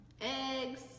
eggs